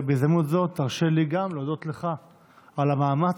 בהזדמנות זו תרשה לי גם להודות לך על המאמץ